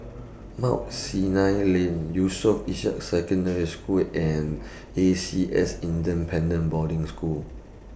Mount Sinai Lane Yusof Ishak Secondary School and A C S Independent Boarding School